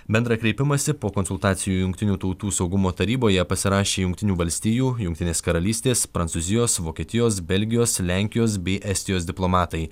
bendrą kreipimąsi po konsultacijų jungtinių tautų saugumo taryboje pasirašė jungtinių valstijų jungtinės karalystės prancūzijos vokietijos belgijos lenkijos bei estijos diplomatai